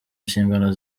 nshingano